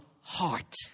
heart